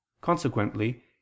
consequently